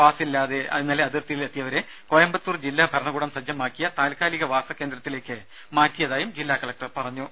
പാസില്ലാതെ ഇന്നലെ അതിർത്തിയിൽ എത്തിയവരെ കോയമ്പത്തൂർ ജില്ലാ ഭരണകൂടം സജ്ജമാക്കിയ താൽക്കാലിക വാസ കേന്ദ്രത്തിലേക്ക് മാറ്റിയതായും ജില്ലാകലക്ടർ അറിയിച്ചു